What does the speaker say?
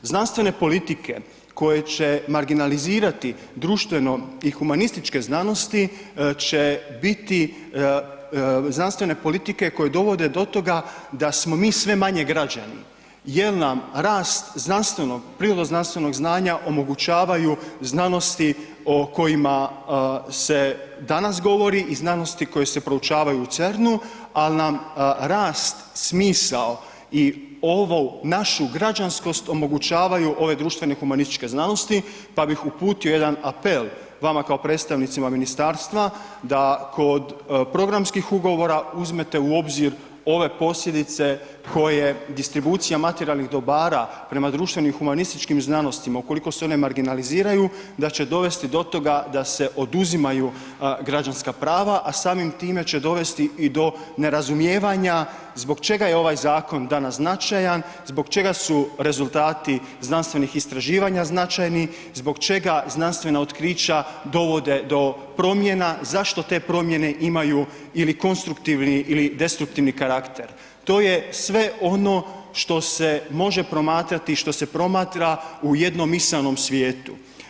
Znanstvene politike koje će marginalizirati društveno i humanističke znanosti, će biti znanstvene politike koje dovode do toga da smo mi sve manje građani, jel nam rast znanstvenog, prirodno znanstvenog znanja omogućavaju znanosti o kojima se danas govori i znanosti koje se proučavaju u CERN-u, al nam rast, smisao i ovu našu građanskost omogućavaju ove društvene humanističke znanosti, pa bih uputio jedan apel vama kao predstavnicima ministarstva da kod programskih ugovora uzmete u obzir ove posljedice koje distribucija materijalnih dobara prema društvenim humanističkim znanostima, ukoliko se one marginaliziraju, da će dovesti do toga da se oduzimaju građanska prava, a samim time će dovesti i do nerazumijevanja zbog čega je ovaj zakon danas značajan, zbog čega su rezultati znanstvenih istraživanja značajni, zbog čega znanstvena otkrića dovode do promjena, zašto te promjene imaju ili konstruktivni ili destruktivni karakter, to je sve ono što se može promatrati, što se promatra u jednom misaonom svijetu.